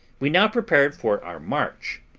we now prepared for our march,